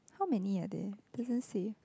how many are there doesn't see